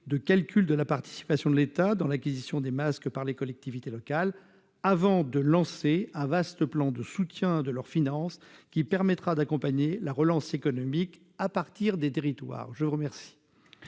de calcul de la participation de l'État à l'acquisition de masques par les collectivités territoriales, avant de lancer un vaste plan de soutien des finances locales, qui permettra d'accompagner la relance économique à partir des territoires ! La parole